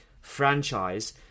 franchise